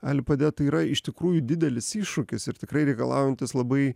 gali padėt tai yra iš tikrųjų didelis iššūkis ir tikrai reikalaujantis labai